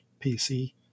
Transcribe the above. PC